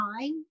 time